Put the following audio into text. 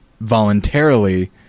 voluntarily